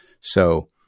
So-